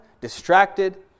distracted